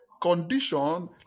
condition